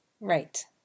Right